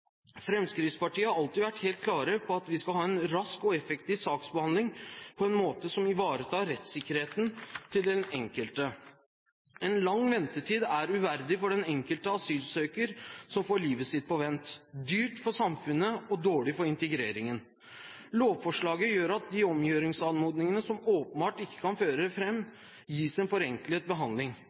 Fremskrittspartiet har alltid vært helt klare på at vi skal ha en rask og effektiv saksbehandling på en måte som ivaretar rettssikkerheten til den enkelte. En lang ventetid er uverdig for den enkelte asylsøker som får livet sitt satt på vent, det er dyrt for samfunnet og det er dårlig for integreringen. Lovforslaget gjør at de omgjøringsanmodningene som åpenbart ikke kan føre fram, gis en forenklet behandling.